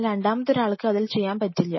എന്നാൽ രണ്ടാമതൊരാൾക്ക് അതിൽ ചെയ്യാൻ പറ്റില്ല